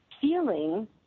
feeling